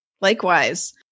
Likewise